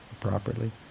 properly